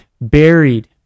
buried